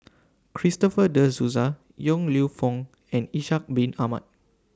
Christopher De Souza Yong Lew Foong and Ishak Bin Ahmad